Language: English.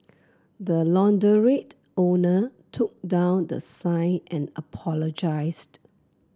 the launderette owner took down the sign and apologised